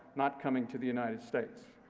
not coming to the united states.